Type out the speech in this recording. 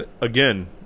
Again